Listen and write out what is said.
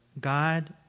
God